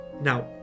Now